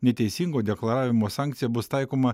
neteisingo deklaravimo sankcija bus taikoma